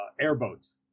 airboats